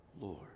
Lord